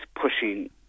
pushing